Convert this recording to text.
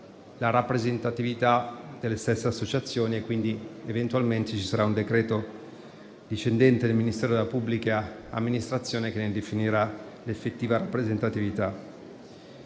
la rappresentatività delle stesse associazioni e quindi eventualmente ci sarà un decreto discendente del Ministero della pubblica amministrazione che ne definirà l'effettiva rappresentatività.